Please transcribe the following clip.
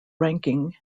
ranking